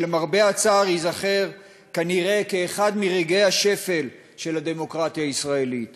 שלמרבה הצער ייזכרו כנראה כאחד מרגעי השפל של הדמוקרטיה הישראלית,